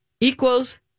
equals